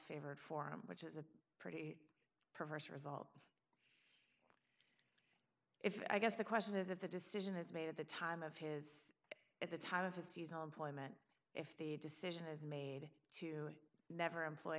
favored forum which is a pretty perverse result if i guess the question is if the decision is made at the time of his at the time of the season employment if the decision is made to never employ